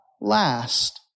last